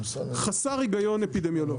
חסר היגיון אפידמיולוגי.